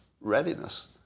readiness